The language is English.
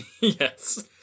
yes